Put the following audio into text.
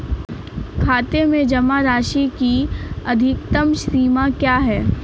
खाते में जमा राशि की अधिकतम सीमा क्या है?